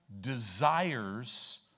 desires